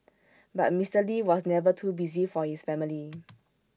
but Mister lee was never too busy for his family